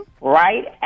Right